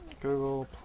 Google+